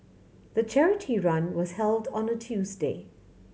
the charity run was held on a Tuesday